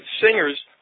singers